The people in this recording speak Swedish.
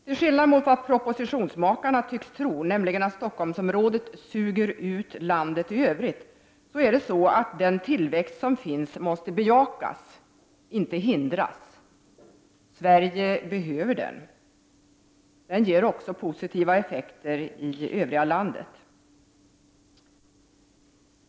Till skillnad mot vad propositionsmakarna tycks tro, nämligen att Stockholmsområdet suger ut landet i övrigt, måste den tillväxt som finns bejakas, inte hindras. Sverige behöver den. Den ger också positiva effekter i övriga landet.